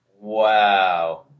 Wow